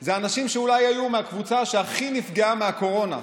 זה האנשים שאולי היו מהקבוצה שהכי נפגעה מהקורונה,